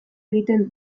egiten